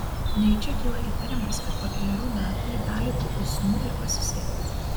nejučia kyla įtarimas kad po kelerių metų ji gali tų usnių ir pasisėti